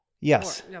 Yes